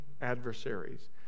adversaries